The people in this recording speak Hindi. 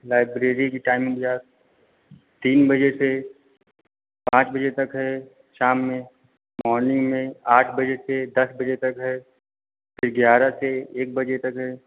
लाइब्रेरी की टाइमिंग भैया तीन बजे से पाँच बजे तक है शाम में मॉर्निंग में आठ बजे से दस बजे तक है फिर ग्यारह से एक बजे तक है